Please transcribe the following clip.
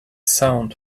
sound